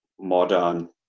modern